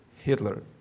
Hitler